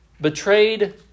Betrayed